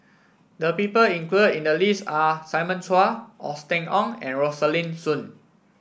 the people included in the list are Simon Chua Austen Ong and Rosaline Soon